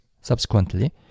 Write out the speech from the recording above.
subsequently